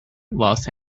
los